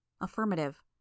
Affirmative